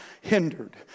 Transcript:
hindered